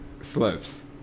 slips